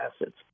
acids